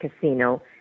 Casino